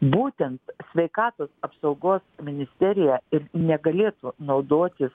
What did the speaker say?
būtent sveikatos apsaugos ministerija ir negalėtų naudotis